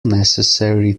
necessary